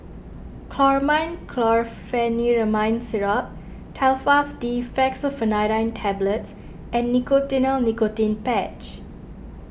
Chlormine Chlorpheniramine Syrup Telfast D Fexofenadine Tablets and Nicotinell Nicotine Patch